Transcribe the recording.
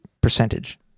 percentage